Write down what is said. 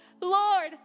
Lord